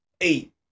eight